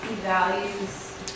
values